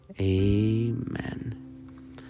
Amen